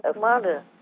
mother